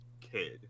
kid